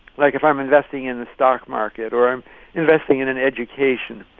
like, if i'm investing in the stock market or i'm investing in in education,